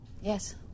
Yes